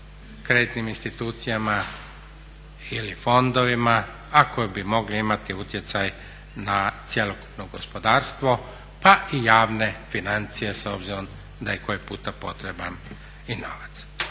kreditnim institucijama ili fondovima, a koji bi mogli imati utjecaj na cjelokupno gospodarstvo pa i javne financije s obzirom da je koji puta potreban i novac.